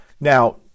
Now